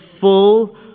full